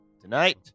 Tonight